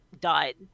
died